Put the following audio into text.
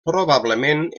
probablement